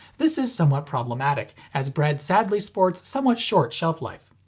this is somewhat problematic as bread sadly sports somewhat short shelf life.